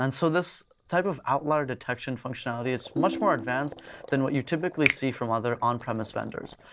and so this type of outlier detection functionality, it's much more advanced than what you typically see from other on-premise vendors.